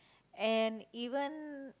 and even